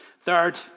Third